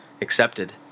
accepted